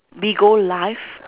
Bigo live